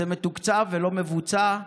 זה מתוקצב ולא מבוצע,